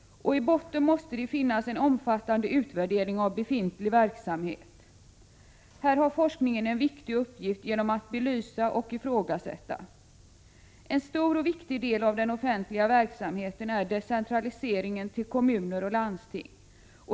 I botten måste det finnas en omfattande utvärdering av befintlig verksamhet. Här har forskningen en viktig uppgift genom att belysa och ifrågasätta. En stor och viktig del av den offentliga verksamheten är decentraliserad till kommuner och landsting.